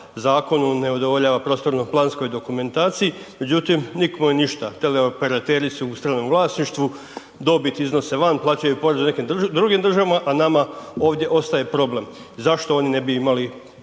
zakonu, ne udovoljava prostorno-planskoj dokumentaciji, međutim, nikome ništa. Teleoperateri su u stranom vlasništvu, dobit iznose van, plaćaju poreze u nekih drugim državama, a nama ovdje ostaje problem. Zašto oni ne bi imali,